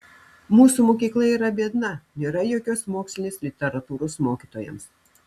mūsų mokykla yra biedna nėra jokios mokslinės literatūros mokytojams